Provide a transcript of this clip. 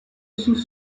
sous